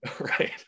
right